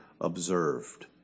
observed